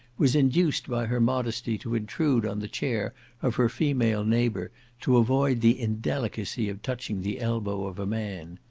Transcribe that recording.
was induced by her modesty to intrude on the chair of her female neighbour to avoid the indelicacy of touching the elbow of a man.